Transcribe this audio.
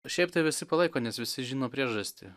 šiaip tai visi palaiko nes visi žino priežastį